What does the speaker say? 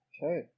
Okay